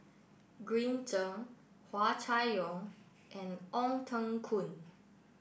Green Zeng Hua Chai Yong and Ong Teng Koon